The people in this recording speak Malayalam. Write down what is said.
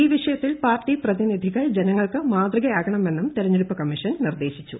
ഈ വിഷയത്തിൽ പാർട്ടി പ്രതിനിധികൾ ജനങ്ങൾക്ക് മാതൃകയാകണമെന്നും തെരഞ്ഞെടുപ്പ് കണ്ണീഷൻ നിർദ്ദേശിച്ചു